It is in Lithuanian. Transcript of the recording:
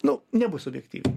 nu nebus objektyvu